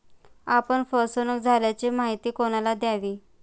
आपण फसवणुक झाल्याची माहिती कोणाला द्यावी?